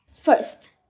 First